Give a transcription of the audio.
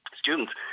students